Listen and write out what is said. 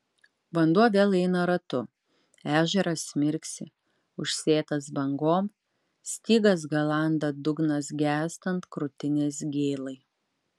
vanduo vėl eina ratu ežeras mirksi užsėtas bangom stygas galanda dugnas gęstant krūtinės gėlai